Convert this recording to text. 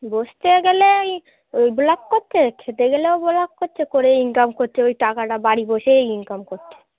বসতে গেলে ওই ওই ভ্লগ করছে খেতে গেলেও ভ্লগ করছে করে ইনকাম করছে ওই টাকাটা বাড়ি বসে ইনকাম করছে